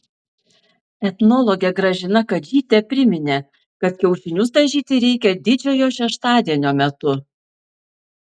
etnologė gražina kadžytė priminė kad kiaušinius dažyti reikia didžiojo šeštadienio metu